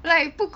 like 不